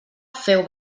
féu